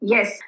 Yes